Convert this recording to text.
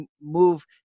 move